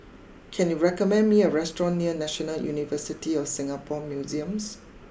can you recommend me a restaurant near National University of Singapore Museums